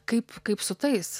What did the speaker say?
kaip kaip su tais